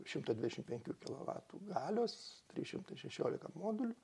šimto dvidešim penkių kilovatų galios trys šimtai šešiolika modulių